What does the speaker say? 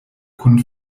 kun